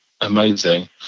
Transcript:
Amazing